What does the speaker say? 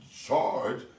charge